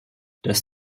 dass